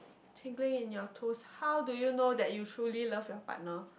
tingling in your toes how do you know that you truly love your partner